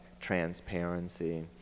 transparency